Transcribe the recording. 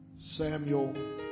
Samuel